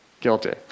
Guilty